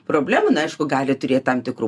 problemų na aišku gali turėti tam tikrų